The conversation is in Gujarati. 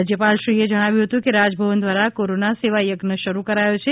રાજ્યપાલશ્રીએ જણાવ્યું હતું કે રાજભવન દ્વારા કોરોના સેવા યજ્ઞ શરૂ કરાયો છે